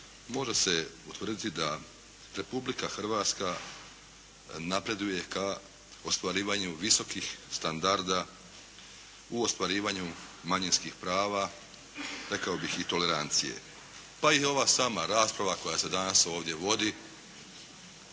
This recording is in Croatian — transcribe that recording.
može se utvrditi da Republika Hrvatska napreduje ka ostvarivanju visokih standarda u ostvarivanju manjinskih prava, rekao bih i tolerancije. Pa i ova sama rasprava koja se danas ovdje vodi,